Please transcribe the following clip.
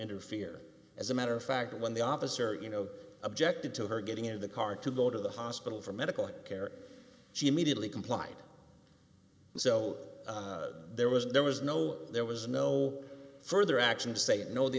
interfere as a matter of fact when the officer you know objected to her getting in the car to go to the hospital for medical care she immediately complied so there was there was no there was no further action to say no the